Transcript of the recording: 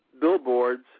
billboards